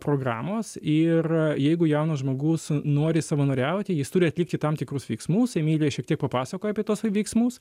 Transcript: programos ir jeigu jaunas žmogus nori savanoriauti jis turi atlikti tam tikrus veiksmus emilijaė šiek tiek papasakojo apie tuos veiksmus